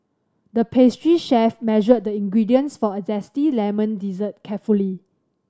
the pastry chef measured the ingredients for a zesty lemon dessert carefully